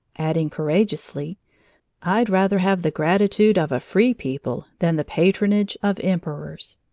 adding courageously i'd rather have the gratitude of a free people than the patronage of emperors!